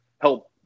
help